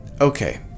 okay